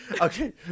Okay